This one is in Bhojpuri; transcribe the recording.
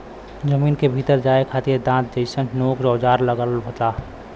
जमीन के भीतर जाये खातिर दांत जइसन चोक औजार लगल होला